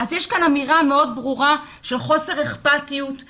יש כאן אמירה מאוד ברורה של חוסר אכפתיות,